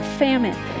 famine